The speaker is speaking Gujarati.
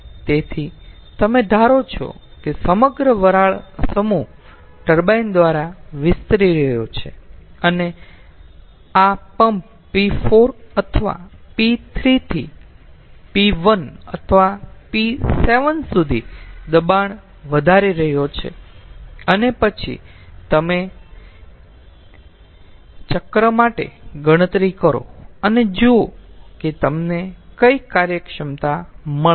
તેથી તમે ધારો છો કે સમગ્ર વરાળ સમૂહ ટર્બાઇન દ્વારા વિસ્તરી રહ્યો છે અને આ પંપ p4 અથવા p3 થી p1 અથવા p7 સુધી દબાણ વધારી રહ્યો છે અને પછી તમે ચક્ર માટે ગણતરી કરો અને જુઓ કે તમને કઈ કાર્યક્ષમતા મળે છે